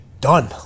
done